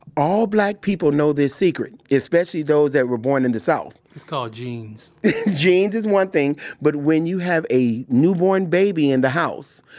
all black people know this secret, especially those that were born in the south it's called genes genes is one thing, but when you have a newborn baby in the house,